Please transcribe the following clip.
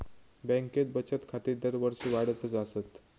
बँकेत बचत खाती दरवर्षी वाढतच आसत